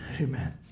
amen